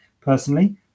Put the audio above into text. personally